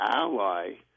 ally